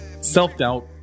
self-doubt